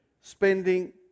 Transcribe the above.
Spending